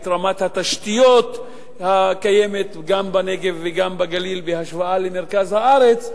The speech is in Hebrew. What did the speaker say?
את רמת התשתיות הקיימת גם בנגב וגם בגליל בהשוואה למרכז הארץ,